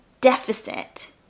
deficit